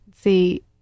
see